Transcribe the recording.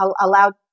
allowed